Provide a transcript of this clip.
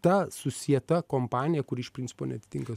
ta susieta kompanija kuri iš principo neatitinka